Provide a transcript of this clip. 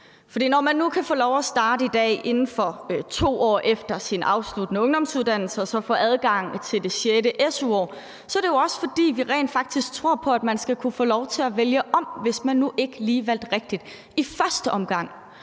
når man nu kan få lov at starte i dag inden for 2 år efter sin afsluttende ungdomsuddannelse og så få adgang til det sjette su-år, så er det jo også, fordi vi rent faktisk tror på, at man skal kunne få lov til at vælge om, hvis man nu ikke lige valgte rigtigt i første omgang,